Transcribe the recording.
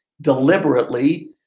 deliberately